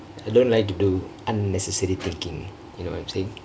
I don't like to do unnecessary thinkingk you know what I'm thinkingk